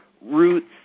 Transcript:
Routes